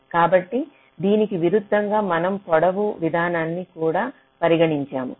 కాబట్టి దీనికి విరుద్ధంగా మనం మూడవ విధానాన్ని కూడా పరిగణించాము